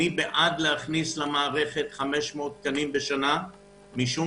אני בעד להכניס למערכת 500 תקנים בשנה משום